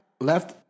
left